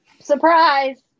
Surprise